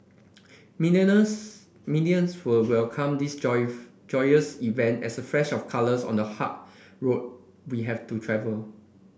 millions will welcome this joyous event as a flash of colours on the hard road we have to travel